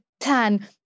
plan